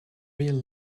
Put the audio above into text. real